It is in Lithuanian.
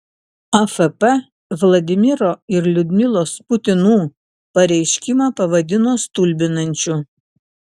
afp vladimiro ir liudmilos putinų pareiškimą pavadino stulbinančiu